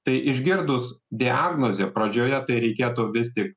tai išgirdus diagnozę pradžioje tai reikėtų vis tik